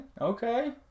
okay